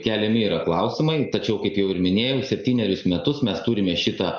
keliami yra klausimai tačiau kaip jau minėjau septynerius metus mes turime šitą